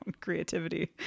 Creativity